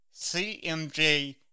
*CMJ